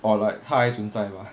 or like 它还存在吗